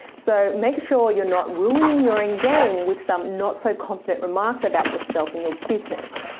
so making sure you're not ruining your end game with some not so confident remarks about yourself and your business.